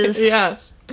Yes